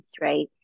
right